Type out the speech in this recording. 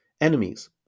enemies